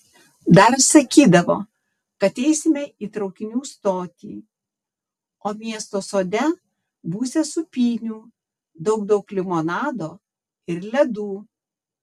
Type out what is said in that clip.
dar sakydavo kad eisime į traukinių stotį o miesto sode būsią sūpynių daug daug limonado ir ledų